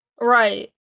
Right